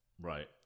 Right